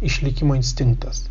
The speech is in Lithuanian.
išlikimo instinktas